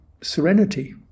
serenity